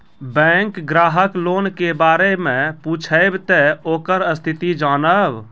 Bank ग्राहक loan के बारे मैं पुछेब ते ओकर स्थिति जॉनब?